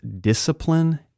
discipline